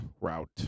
Route